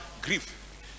grief